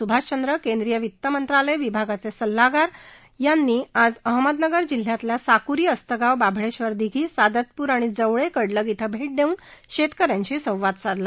सुभाष चंद्र केंद्रीय वित्त मंत्रालय विभागाचे सल्लागार दिना नाथ यांनी आज अहमदनगर जिल्ह्यातल्या साकुरी अस्तगांव बाभळेश्वर दिघी सादतपूर आणि जवळे कडलग श्रे भे देऊन शेतकऱ्यांशी संवाद साधला